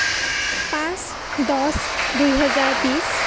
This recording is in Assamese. পাঁচ দহ দুই হেজাৰ বিশ